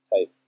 type